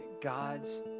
God's